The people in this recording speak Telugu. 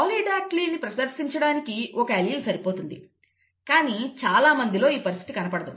పాలీడాక్టిలీని ప్రదర్శించడానికి ఒక అల్లీల్ సరిపోతుంది కానీ చాలామందిలో ఈ పరిస్థితి కనపడదు